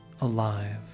alive